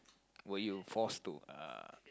were you forced to uh